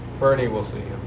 bernie will see